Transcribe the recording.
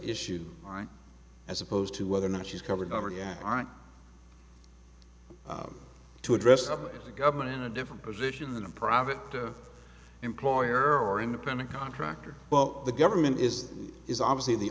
issue as opposed to whether or not she's covered over yeah right to address the government in a different position than a private employer or independent contractor well the government is is obviously the